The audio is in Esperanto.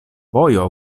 vojo